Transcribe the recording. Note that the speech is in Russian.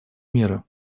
меры